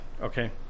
okay